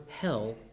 hell